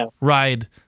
ride